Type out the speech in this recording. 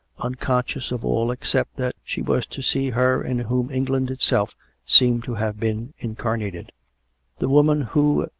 unconscious of all except that she was to see her in whom england itself seemed to have been incarnated the woman who,